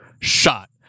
shot